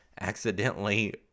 accidentally